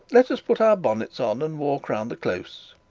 let us put our bonnets on and walk round the close.